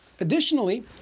Additionally